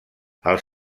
els